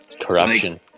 Corruption